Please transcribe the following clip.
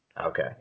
Okay